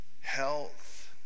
health